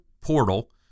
portal